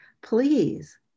Please